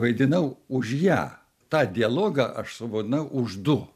vaidinau už ją tą dialogą aš suvaidinau už du